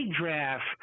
draft